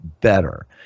better